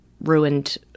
ruined